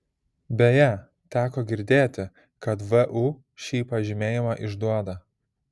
beje teko girdėti kad vu šį pažymėjimą išduoda